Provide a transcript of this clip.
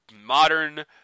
Modern